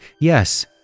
Yes